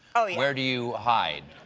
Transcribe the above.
ah where do you hide?